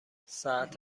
ساعت